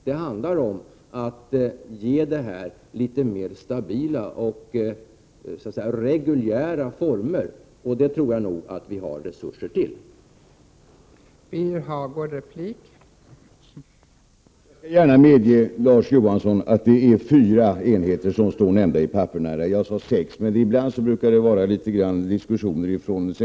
Det handlar alltså om att i detta sammanhang få litet mera stabila och reguljära former för verksamheten. Jag tror nog att det finns resurser för att åstadkomma detta.